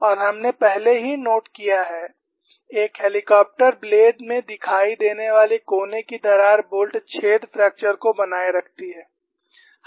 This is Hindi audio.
और हमने पहले ही नोट किया है एक हेलिकॉप्टर ब्लेड में दिखाई देने वाली कोने की दरार बोल्ट छेद फ्रैक्चर को बनाए रखती है